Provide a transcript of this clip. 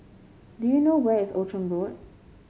do you know where is Outram Road